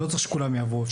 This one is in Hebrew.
לא צריך שכולם יבואו.